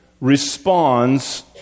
responds